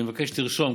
אני מבקש שתרשום.